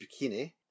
bikini